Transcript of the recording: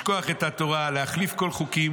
לשכוח את התורה ולהחליף כל החוקים.